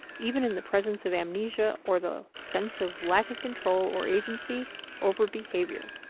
even in the presence of amnesia or the sense of lack of control or agency over behavior.